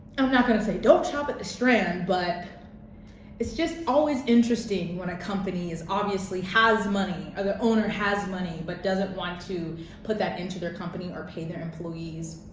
i'm not gonna say don't shop at the strand but it's just always interesting when a company obviously has money or the owner has money but doesn't want to put that into their company or pay their employees.